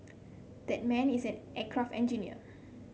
that man is an aircraft engineer